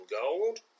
gold